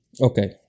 Okay